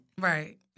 Right